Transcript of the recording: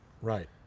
Right